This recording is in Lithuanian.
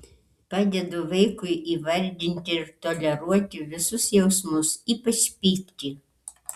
padedu vaikui įvardinti ir toleruoti visus jausmus ypač pyktį